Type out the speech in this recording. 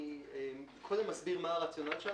אני קודם אסביר מה הרציונל,